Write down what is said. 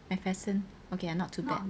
macpherson okay ah not too bad